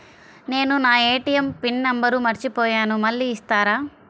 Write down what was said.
నేను నా ATM pin number మర్చిపోయాను మళ్ళీ ఇస్తారా?